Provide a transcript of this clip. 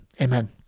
Amen